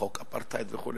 חוק אפרטהייד וכו',